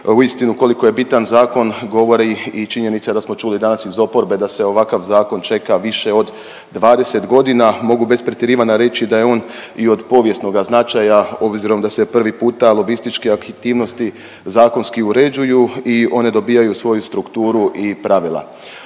Uistinu koliko je bitan zakon govori i činjenica da smo čuli danas iz oporbe da se ovakav zakon čeka više od 20 godina. Mogu bez pretjerivanja reći da je on i od povijesnoga značaja obzirom da se prvi puta lobističke aktivnosti zakonski uređuju i one dobijaju svoju strukturu i pravila.